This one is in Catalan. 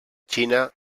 xina